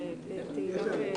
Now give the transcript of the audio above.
שלושה.